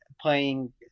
playing